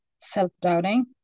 self-doubting